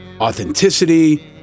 authenticity